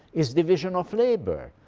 is division of labor.